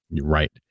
right